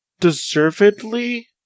deservedly